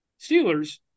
Steelers